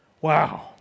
Wow